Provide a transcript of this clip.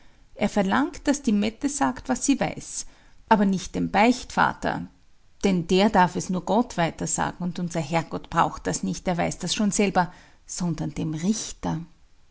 er verlangt daß die mette sagt was sie weiß aber nicht dem beichtvater denn der darf es nur gott weiter sagen und unser herrgott braucht das nicht der weiß das schon selber sondern dem richter